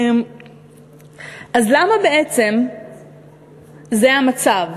אז למה בעצם זה המצב?